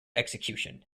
execution